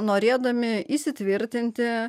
norėdami įsitvirtinti